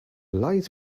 light